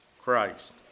Christ